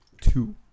two